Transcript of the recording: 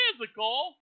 physical